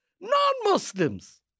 non-Muslims